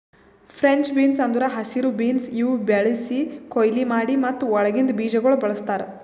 French beans ಅಂದುರ್ ಹಸಿರು beans ಇವು ಬೆಳಿಸಿ, ಕೊಯ್ಲಿ ಮಾಡಿ ಮತ್ತ ಒಳಗಿಂದ್ ಬೀಜಗೊಳ್ ಬಳ್ಸತಾರ್